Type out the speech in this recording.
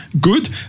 Good